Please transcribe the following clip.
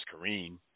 Kareem